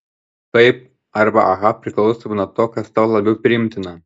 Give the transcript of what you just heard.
taip arba aha priklausomai nuo to kas tau labiau priimtina